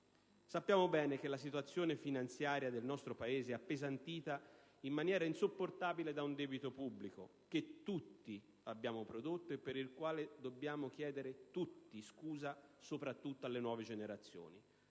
Sappiamo bene che la situazione finanziaria del nostro Paese è appesantita in maniera insopportabile da un debito pubblico, che tutti abbiamo prodotto e per il quale dobbiamo chiedere tutti scusa alle nuove generazioni.